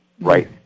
right